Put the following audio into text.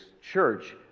church